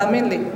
תאמין לי.